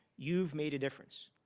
you've made a difference.